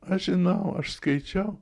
aš žinau aš skaičiau